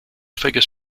figures